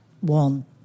one